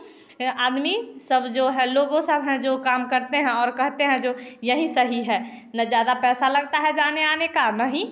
आदमी सब जो है लोगों सब हैं जो काम करते हैं और कहते हैं जो यही सही है न ज़्यादा पैसा लगता है जाने आने का न ही